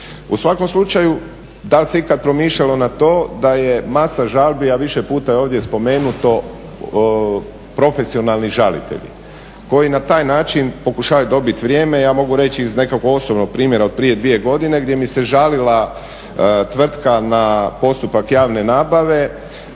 U svakom slučaju, da li se ikad pomišljalo na to da je masa žalbi, a više puta je ovdje spomenuto, profesionalni žalitelji, koji na taj način pokušavaju dobiti vrijeme. Ja mogu reći iz nekakvog osobnog primjera od prije dvije godine gdje mi se žalila tvrtka na postupak javne nabave